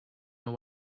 know